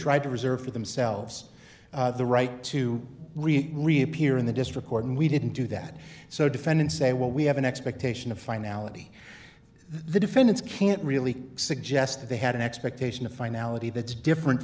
tried to reserve for themselves the right to reappear in the district court and we didn't do that so defendant say what we have an expectation of finality the defendants can't really suggest that they had an expectation of finality that's different